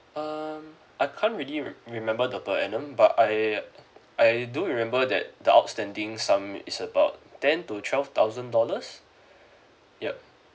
uh I can't really re~ remember the per annum but I I do remember that the outstanding sum is about ten to twelve thousand dollars yup